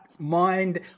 Mind